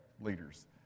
leaders